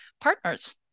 partners